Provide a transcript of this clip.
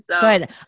Good